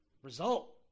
Result